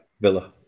Villa